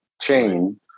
chain